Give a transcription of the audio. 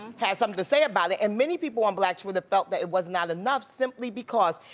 has something to say about it. and many people on black twitter felt that it was not enough simply because